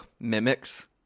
mimics